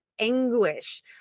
anguish